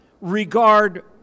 regard